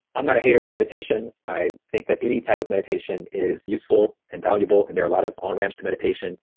i'm not a hater of meditation. i think that any type of meditation is useful and valuable and there are a lot of on ramps to meditation.